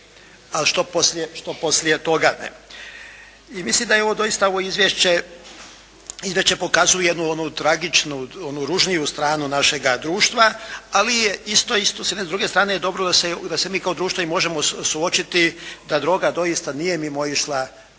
a što poslije toga? I mislim da je ovo doista ovo izvješće pokazuje jednu tragičnu, onu ružniju stranu onog našega društva, ali je isto s jedne druge strane dobro da se mi kao društvo i možemo suočiti da droga doista nije mimoišla niti